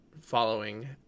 following